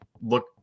look